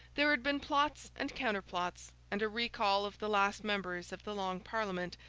there had been plots and counterplots, and a recall of the last members of the long parliament,